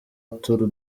turu